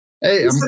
Hey